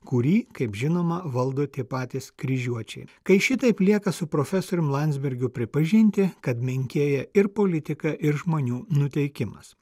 kurį kaip žinoma valdo tie patys kryžiuočiai kai šitaip lieka su profesorium landsbergiu pripažinti kad menkėja ir politika ir žmonių nuteikimas